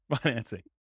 financing